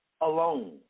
alone